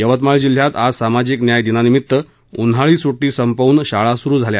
यवतमाळ जिल्ह्यात आज सामाजिक न्याय दिनानिमित्त उन्हाळी सुट्टी संपवून शाळा सुरु झाल्या